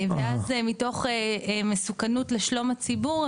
ואז מתוך מסוכנות לשלום הציבור,